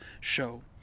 show